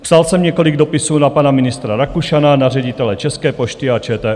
Psal jsem několik dopisů na pana ministra Rakušana, na ředitele České pošty a ČTÚ.